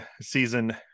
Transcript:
season